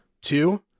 Two